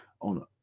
on